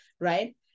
right